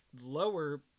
lower